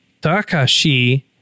Takashi